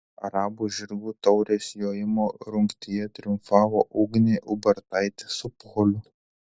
arabų žirgų taurės jojimo rungtyje triumfavo ugnė ubartaitė su poliu